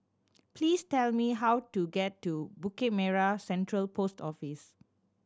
please tell me how to get to Bukit Merah Central Post Office